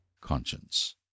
conscience